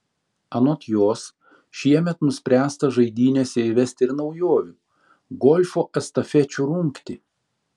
anot jos šiemet nuspręsta žaidynėse įvesti ir naujovių golfo estafečių rungtį